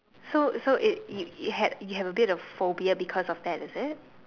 so so it it had you had a bit of phobia because of that is it